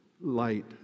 light